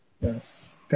Yes